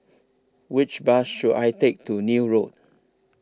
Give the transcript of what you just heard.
Which Bus should I Take to Neil Road